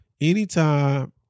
Anytime